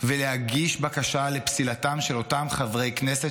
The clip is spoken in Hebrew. ולהגיש בקשה לפסילתם של אותם חברי כנסת